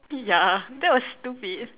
ya that was stupid